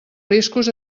riscos